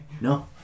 no